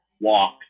walk